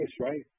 right